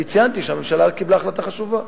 אני ציינתי שהממשלה קיבלה החלטה חשובה.